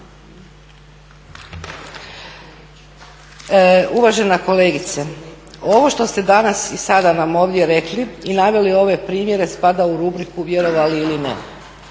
Uvažena kolegice ovo što ste danas i sada nam ovdje rekli i naveli ove primjere spada u rubriku vjerovali ili ne.